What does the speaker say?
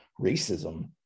racism